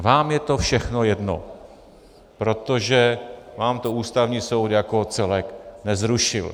Vám je to všechno jedno, protože vám to Ústavní soud jako celek nezrušil.